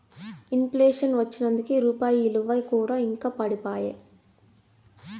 in ప్లేషన్ వచ్చినంకే రూపాయి ఇలువ కూడా ఇంకా పడిపాయే